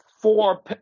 Four